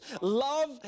Love